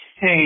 Hey